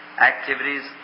activities